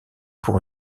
pour